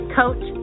coach